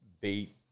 bait